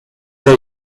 the